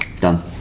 done